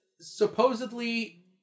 supposedly